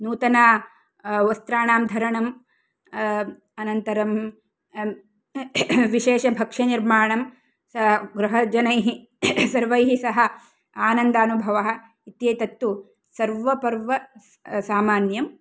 नूतन वस्त्राणां धरणम् अनन्तरं विशेषभक्षनिर्माणं स गृहे जनैः सर्वैः सह आनन्दानुभवः इत्येतत्तु सर्वपर्वसामान्यम्